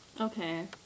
Okay